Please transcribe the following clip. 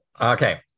Okay